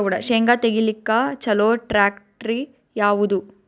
ಶೇಂಗಾ ತೆಗಿಲಿಕ್ಕ ಚಲೋ ಟ್ಯಾಕ್ಟರಿ ಯಾವಾದು?